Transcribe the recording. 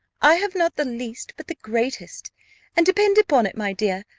i have not the least, but the greatest and depend upon it, my dear,